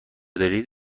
دارید